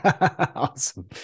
Awesome